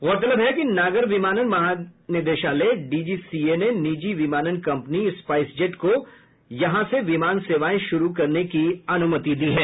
गौरतलब है कि नागर विमानन महानिदेशालय डीजीसीए ने निजी विमानन कम्पनी स्पाईस जेट को विमान सेवाएं शुरू करने की अनुमति दी है